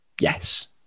yes